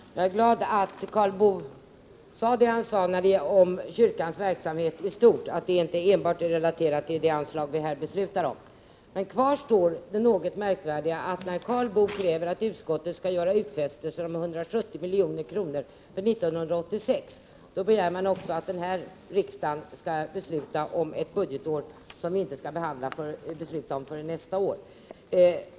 Herr talman! Jag är glad att Karl Boo sade det han sade om kyrkans verksamhet i stort — att den inte enbart är relaterad till det anslag vi här skall besluta om. Men kvar står det något märkliga, att när Karl Boo kräver att utskottet skall göra utfästelser om 170 milj.kr. för 1986, begär han också att detta riksmöte skall ta ställning till anslag under ett budgetår som vi inte skall besluta om förrän nästa år.